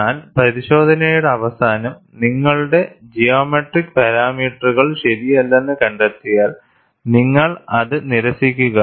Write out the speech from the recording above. എന്നാൽ പരിശോധനയുടെ അവസാനം നിങ്ങളുടെ ജിയോമെട്രിക് പാരാമീറ്ററുകൾ ശരിയല്ലെന്ന് കണ്ടെത്തിയാൽ നിങ്ങൾ അത് നിരസിക്കുക